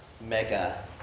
mega